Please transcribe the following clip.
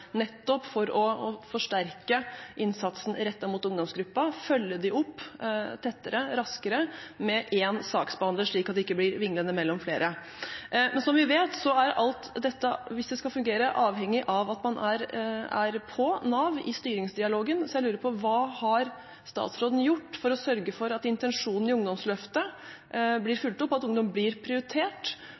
nettopp for å forsterke innsatsen rettet mot ungdomsgruppen, følge dem opp tettere og raskere med én saksbehandler, slik at de ikke skulle vingle mellom flere. Men som vi vet, er alt dette – hvis det skal fungere – avhengig av at man er på Nav i styringsdialogen. Derfor lurer jeg på: Hva har statsråden gjort for å sørge for at intensjonen i